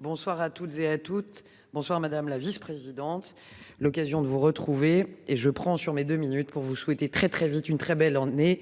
Bonsoir à toutes et à toutes. Bonsoir madame la vice-présidente. L'occasion de vous retrouver et je prends sur mes deux minutes pour vous souhaiter très très vite une très belle emmener